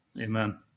Amen